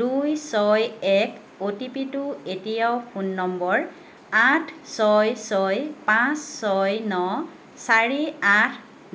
দুই ছয় এক অ'টিপিটো এতিয়াও ফোন নম্বৰ আঠ ছয় ছয় পাঁচ ছয় ন চাৰি আঠ